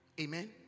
Amen